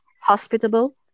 hospitable